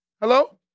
Hello